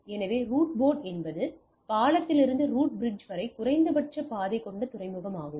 எனவே root port என்பது பாலத்திலிருந்து ரூட் பிரிட்ஜ் வரை குறைந்த பட்ச பாதை கொண்ட துறைமுகமாகும்